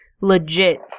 legit